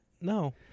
No